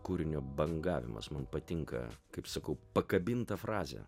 kūrinio bangavimas man patinka kaip sakau pakabinta frazė